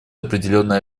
определенное